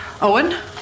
Owen